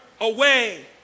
away